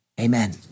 Amen